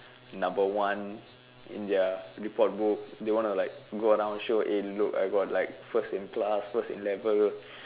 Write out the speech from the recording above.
number one in their report book they want to like go around show eh look I got like first in class first in level